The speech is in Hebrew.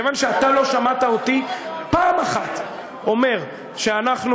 כיוון שלא שמעת אותי פעם אחת אומר שאנחנו